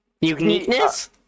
uniqueness